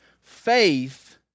Faith